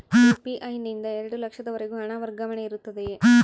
UPI ನಿಂದ ಎರಡು ಲಕ್ಷದವರೆಗೂ ಹಣ ವರ್ಗಾವಣೆ ಇರುತ್ತದೆಯೇ?